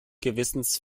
gewissens